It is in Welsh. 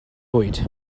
bwyd